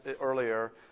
earlier